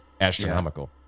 astronomical